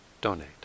donate